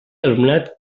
alumnat